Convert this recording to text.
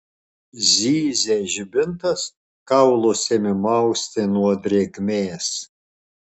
zyzė žibintas kaulus ėmė mausti nuo drėgmės